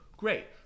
Great